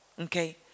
okay